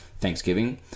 thanksgiving